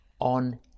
on